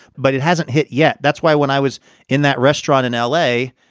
but it hasn't hit yet that's why when i was in that restaurant in l a,